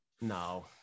no